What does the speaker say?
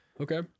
Okay